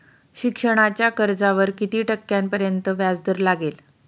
शिक्षणाच्या कर्जावर किती टक्क्यांपर्यंत व्याजदर लागेल?